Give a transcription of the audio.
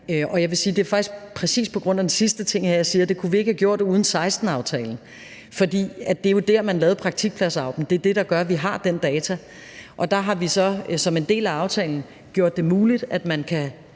Jeg vil sige, at det faktisk er præcis på grund af den sidste ting, at jeg siger, at det kunne vi ikke have gjort uden 2016-aftalen – for det er jo der, man lavede praktikplads-AUB'en, og det er det, der gør, at vi har de data. Og der har vi så som en del af aftalen gjort det muligt, at man kan